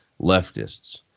leftists